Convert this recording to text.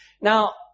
Now